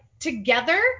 together